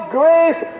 grace